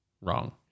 wrong